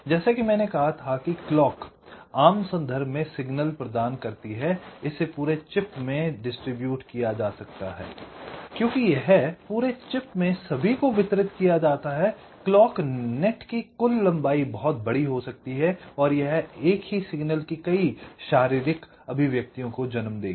जैसा कि मैंने कहा था कि क्लॉक आम संदर्भ में सिग्नल प्रदान करती है इसे पूरे चिप में वितरित किया जा सकता है क्योंकि यह पूरे चिप में सभी को वितरित किया जाता है क्लॉक नेट की कुल लंबाई बहुत बड़ी हो सकती है और यह एक ही सिग्नल की कई शारीरिक अभिव्यक्तिओं को जन्म देगी